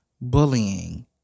bullying